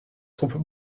troupes